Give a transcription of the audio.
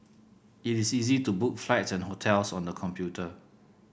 it is easy to book flights and hotels on the computer